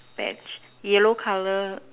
Bench yellow colour